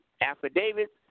Affidavits